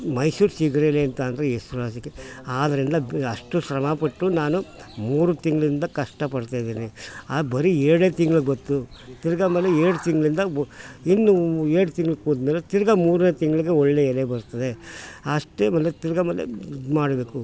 ಮೈಸೂರು ಚಿಗ್ರೆಲೆ ಅಂತ ಅಂದರೆ ಹೆಸ್ರು ವಾಸಿಗೆ ಆದ್ದರಿಂದ ಕ್ ಅಷ್ಟು ಶ್ರಮ ಪಟ್ಟು ನಾನು ಮೂರು ತಿಂಗಳಿಂದ ಕಷ್ಟ ಪಡ್ತಾ ಇದ್ದೇನೆ ಆ ಬರೀ ಎರಡೇ ತಿಂಗ್ಳು ಗೊತ್ತು ತಿರ್ಗಿ ಆಮೇಲೆ ಎರಡು ತಿಂಗಳಿಂದ ಬ ಇನ್ನೂ ಎರಡು ತಿಂಗ್ಳಿಗೆ ಹೋದ್ಮೇಲೆ ತಿರ್ಗಿ ಮೂರನೇ ತಿಂಗಳಿಗೆ ಒಳ್ಳೆಯ ಎಲೆ ಬರ್ತದೇ ಅಷ್ಟೇ ಆಮೇಲೆ ತಿರ್ಗಿ ಆಮೇಲೆ ಇದು ಮಾಡಬೇಕು